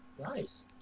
nice